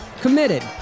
committed